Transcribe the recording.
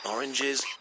Oranges